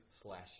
slash